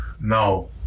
No